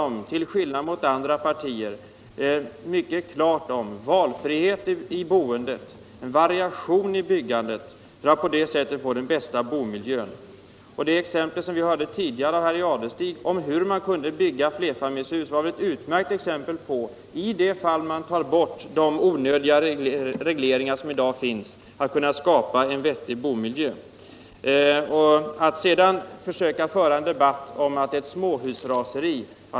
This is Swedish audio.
Vi talar — till skillnad mot andra partier — mycket klart om valfrihet i boendet, en variation i byggandet för att man på det sättet skall få den bästa bomiljön. Herr Jadestig nämnde tidigare hur man kunde bygga flerfamiljshus. Det var ett utmärkt exempel på vad som kan göras om man tar bort de onödiga regleringar som i dag finns; då kan man skapa en vettig bomiljö. Sedan försöker man föra en debatt om småhusraseri.